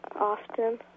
often